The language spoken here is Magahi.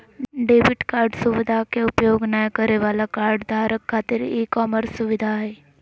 डेबिट कार्ड सुवधा के उपयोग नय करे वाला कार्डधारक खातिर ई कॉमर्स सुविधा हइ